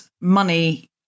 money